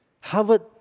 Harvard